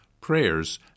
prayers